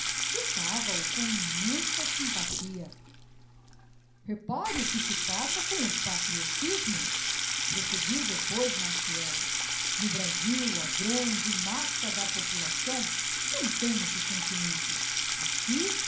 fitava o cora immensa sympathia repare o que se passa com o patriotismo proseguiu depois maciel no brasil a grande massa da população não tem esse sentimento aqui